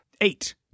Eight